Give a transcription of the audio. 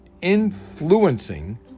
influencing